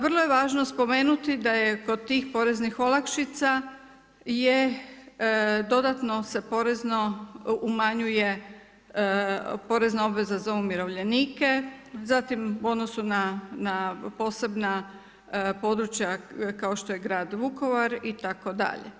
Vrlo je važno spomenuti da je kod tih poreznih olakšica je dodatno se porezno umanjuje, porezna obveza za umirovljenike, zatim u odnosu na posebna područja kao što je grad Vukovar itd.